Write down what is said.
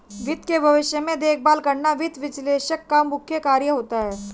वित्त के भविष्य में देखभाल करना वित्त विश्लेषक का मुख्य कार्य होता है